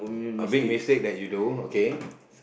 a big mistake that you do okay